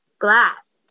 glass